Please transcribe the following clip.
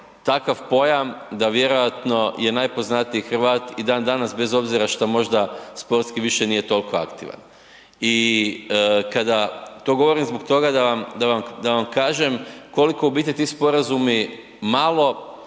takav pojam da je vjerojatno najpoznatiji Hrvat i dan danas bez obzira šta možda sportski više nije toliko aktivan. To govorim zbog toga da vam kažem koliko u biti ti sporazumi malo